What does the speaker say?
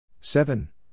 Seven